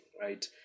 right